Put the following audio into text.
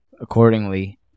accordingly